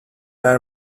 are